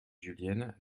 julienne